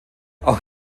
auch